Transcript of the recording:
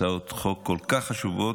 הצעות חוק כל כך חשובות,